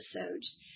episodes